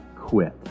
quit